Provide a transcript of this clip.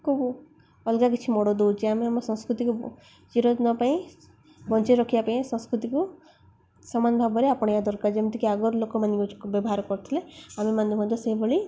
କୁ ଅଲଗା କିଛି ମୋଡ଼ ଦେଉଛି ଆମେ ଆମ ସଂସ୍କୃତିକୁ ଚିର ଦିନ ପାଇଁ ବଞ୍ଚେଇ ରଖିବା ପାଇଁ ସଂସ୍କୃତିକୁ ସମାନ ଭାବରେ ଆପଣେଇବା ଦରକାର ଯେମିତିକି ଆଗରୁ ଲୋକମାନେ ୟୁଜ୍ ବ୍ୟବହାର କରୁଥିଲେ ଆମେମାନେ ମଧ୍ୟ ମଧ୍ୟ ସେଇଭଳି